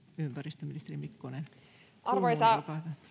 ympäristöministeri mikkonen arvoisa